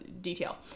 detail